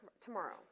tomorrow